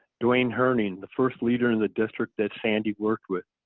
dewayne hearning, the first leader in the district that sandy worked with.